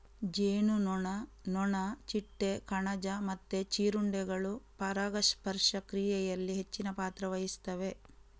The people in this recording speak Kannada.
ಜೇನುನೊಣ, ನೊಣ, ಚಿಟ್ಟೆ, ಕಣಜ ಮತ್ತೆ ಜೀರುಂಡೆಗಳು ಪರಾಗಸ್ಪರ್ಶ ಕ್ರಿಯೆನಲ್ಲಿ ಹೆಚ್ಚಿನ ಪಾತ್ರ ವಹಿಸ್ತವೆ